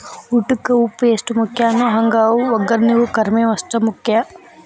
ಊಟಕ್ಕ ಉಪ್ಪು ಎಷ್ಟ ಮುಖ್ಯಾನೋ ಹಂಗ ವಗ್ಗರ್ನಿಗೂ ಕರ್ಮೇವ್ ಅಷ್ಟ ಮುಖ್ಯ